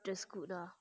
just put ah